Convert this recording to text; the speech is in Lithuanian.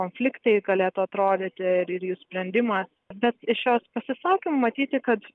konflikte galėtų atrodyti ar jų sprendimas bet iš jos pasisakymų matyti kad